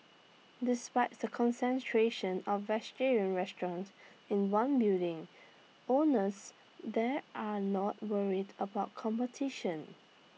despite the concentration of vegetarian restaurants in one building owners there are not worried about competition